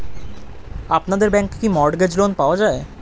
আপনাদের ব্যাংকে কি মর্টগেজ লোন পাওয়া যায়?